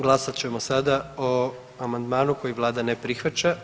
Glasat ćemo sada o amandmanu koji Vlada ne prihvaća.